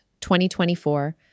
2024